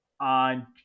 on